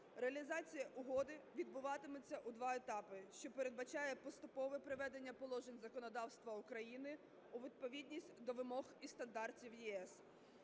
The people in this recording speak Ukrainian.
Реалізація угоди відбуватиметься у два етапи, що передбачає поступове приведення положень законодавства України у відповідність до вимог і стандартів ЄС.